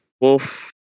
wolf